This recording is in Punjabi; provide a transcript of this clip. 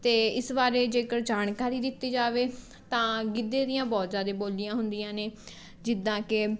ਅਤੇ ਇਸ ਬਾਰੇ ਜੇਕਰ ਜਾਣਕਾਰੀ ਦਿੱਤੀ ਜਾਵੇ ਤਾਂ ਗਿੱਧੇ ਦੀਆਂ ਬਹੁਤ ਜ਼ਿਆਦਾ ਬੋਲੀਆਂ ਹੁੰਦੀਆਂ ਨੇ ਜਿੱਦਾਂ ਕੇ